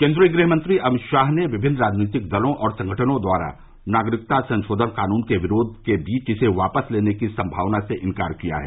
केन्द्रीय गृहमंत्री अमित शाह ने विभिन्न राजनीतिक दलों और संगठनों द्वारा नागरिकता संशोधन कानून के विरोध के बीच इसे वापस लेने की संभावना से इंकार किया है